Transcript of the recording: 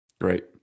Great